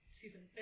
season